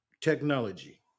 technology